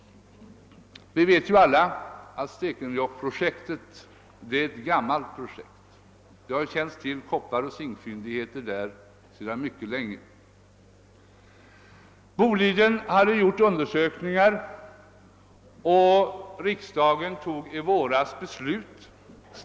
Vi vet ju alla att Stekenjokkprojektet är ett gammalt projekt. Man har mycket länge känt till kopparoch zinkfyndigheterna där. Boliden hade gjort primära undersökningar beträffande gruvbrytningsmöjligheterna, och LKAB hade gjort kompletteringen. Riksdagen fattade beslut i våras.